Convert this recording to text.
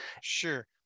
Sure